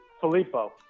Filippo